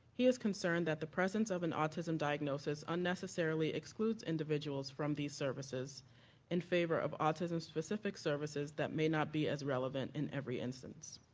he has concern that the presence of an autism diagnosis unnecessarily excludes individuals from these services if and favor of autism specific services that may not be as relevant in every instance.